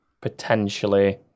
potentially